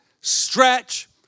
stretch